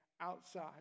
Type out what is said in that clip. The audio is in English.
outside